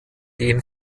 den